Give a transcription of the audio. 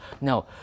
No